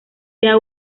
sea